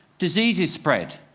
diseases spread.